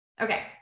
Okay